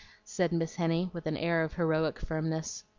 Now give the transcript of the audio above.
said miss henny, with an air of heroic firmness.